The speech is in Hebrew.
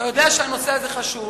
אתה יודע שהנושא הזה חשוב.